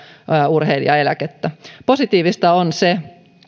urheilijaeläkettä positiivista on se